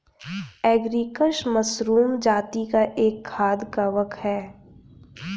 agaricus mushroom जाती का एक खाद्य कवक है